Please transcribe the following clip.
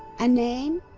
a name?